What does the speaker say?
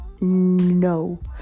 no